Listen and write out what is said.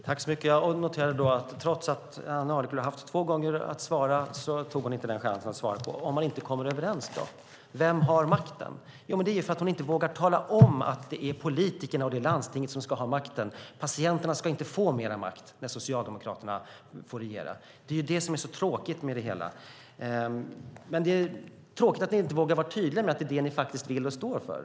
Fru talman! Jag noterar en sak. Trots att Ann Arleklo har haft två gånger på sig tog hon inte chansen att svara på: Vem har makten om man inte kommer överens? Men det är för att hon inte vågar tala om att det är politikerna och landstinget som ska ha makten. Patienterna ska inte få mer makt när Socialdemokraterna får regera. Det är det som är så tråkigt med det hela. Det är tråkigt att ni inte vågar vara tydliga med att det är detta ni faktiskt vill och står för.